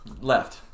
Left